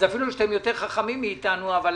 אז